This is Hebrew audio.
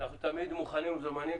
אנחנו תמיד מוכנים ומזומנים.